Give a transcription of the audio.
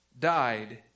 died